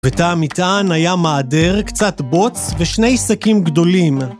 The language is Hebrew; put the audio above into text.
בתא המטען היה מעדר, קצת בוץ ושני שקים גדולים